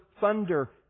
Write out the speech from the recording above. thunder